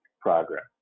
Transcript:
progress